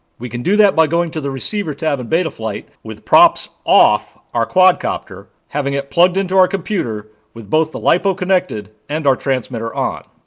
we can do that by going to the receiver tab in betaflight, with props off our quadcopter, having it plugged into our computer with both the lipo connected, and our transmitter on.